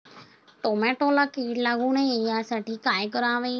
टोमॅटोला कीड लागू नये यासाठी काय करावे?